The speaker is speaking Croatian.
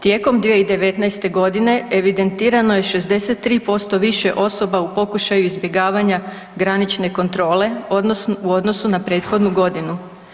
Tijekom 2019.g. evidentirano je 63% više osoba u pokušaju izbjegavanja granične kontrole u odnosu na prethodnu godinu.